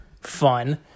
fun